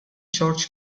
george